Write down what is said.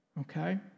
okay